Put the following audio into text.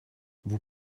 vous